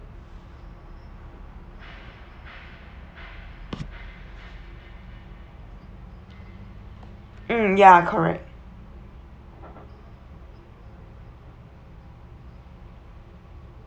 mm ya correct